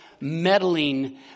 meddling